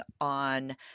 on